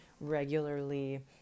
regularly